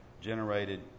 generated